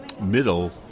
middle